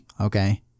Okay